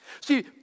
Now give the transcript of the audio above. See